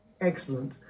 Excellent